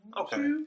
Okay